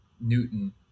Newton